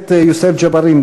הכנסת יוסף ג'בארין,